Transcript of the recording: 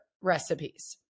recipes